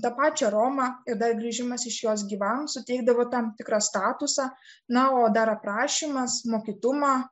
tą pačią romą ir dar grįžimas iš jos gyvam suteikdavo tam tikrą statusą na o dar aprašymas mokytumą